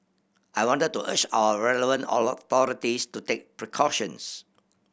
I wanted to urge our relevant to take precautions